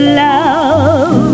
love